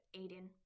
Aiden